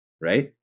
right